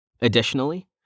Additionally